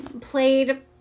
played